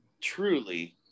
truly